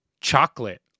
Chocolate